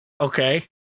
okay